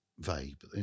vague